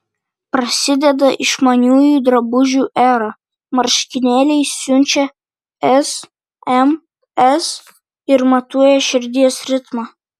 prasideda išmaniųjų drabužių era marškinėliai siunčia sms ir matuoja širdies ritmą